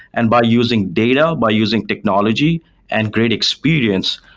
and by using data, by using technology and great experience,